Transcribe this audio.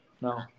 No